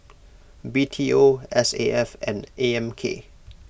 B T O S A F and A M K